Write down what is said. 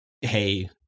hey